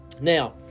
Now